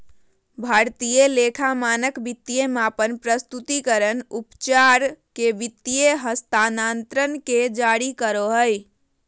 भारतीय लेखा मानक वित्तीय मापन, प्रस्तुतिकरण, उपचार के वित्तीय हस्तांतरण के जारी करो हय